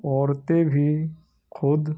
عورتیں بھی خود